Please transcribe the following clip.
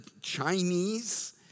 Chinese